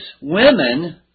women